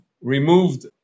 removed